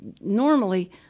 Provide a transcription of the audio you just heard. normally